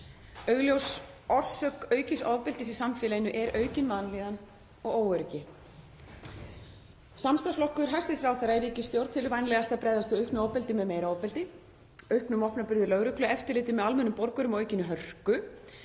Augljós orsök aukins ofbeldis í samfélaginu er aukin vanlíðan og óöryggi. Samstarfsflokkur hæstv. ráðherra í ríkisstjórn telur vænlegast að bregðast við auknu ofbeldi með meira ofbeldi, auknum vopnaburði lögreglu, eftirliti með almennum borgurum og aukinni hörku.